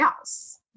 else